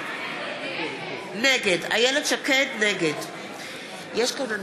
נגד חברים,